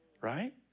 right